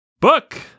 book